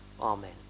Amen